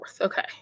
okay